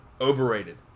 Overrated